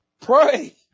Pray